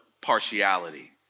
partiality